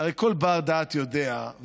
הרי כל בר-דעת יודע,